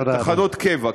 תחנות קבע.